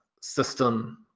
System